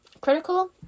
Critical